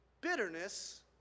bitterness